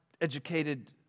educated